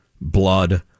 blood